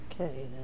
Okay